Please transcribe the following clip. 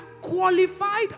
qualified